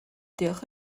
diolch